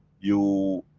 you,